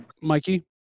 Mikey